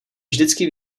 vždycky